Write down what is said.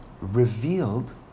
revealed